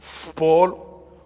Paul